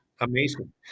Amazing